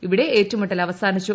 ഇവിടെ ഏറ്റുമുട്ടൽ അവസാനിച്ചു